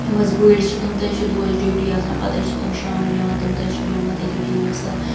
یِم حظ بٔڑۍ چھِ تِم تہِ حظ چھِ دۄہَس ڈِیوٗٹی آسان پتہٕ حظ چھِ تِم شامَن یِوان تِم تہِ حظ چھِ بیٚہوان تٔتی ٹی وی یَس تَل